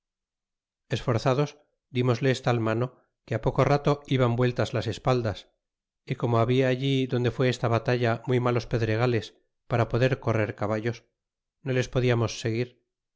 esforzados dimosles tal mano que á poco rato iban vueltas las espaldas y como habla donde fue esta batalla muy malos pedregales para poder correr caballos no les